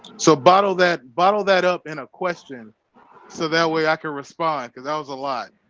so bottle that bottle that up in a question so that way i can respond cuz i was alive